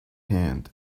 hand